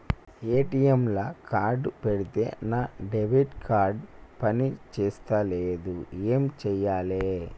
ATM లా card పెడితే నా డెబిట్ కార్డ్ పని చేస్తలేదు ఏం చేయాలే?